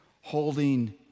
holding